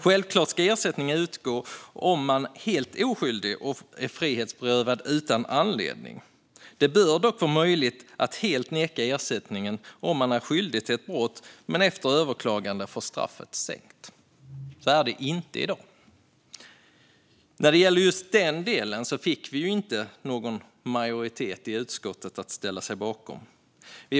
Självklart ska ersättning utgå om man är helt oskyldig och är frihetsberövad utan anledning. Det bör dock vara möjligt att helt neka ersättning om någon är skyldig till ett brott men efter överklagande får straffet sänkt. Så är det inte i dag. När det gäller just den delen fick vi inte någon majoritet i utskottet att ställa sig bakom detta.